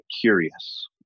curious